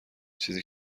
چیزی